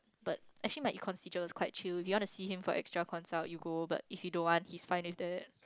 but actually my Econs teacher was quite chill you want to see him for extra consult you go but if you don't want he's fine with that